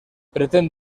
pretén